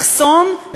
לחסום,